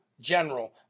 general